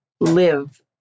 live